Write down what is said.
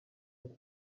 ati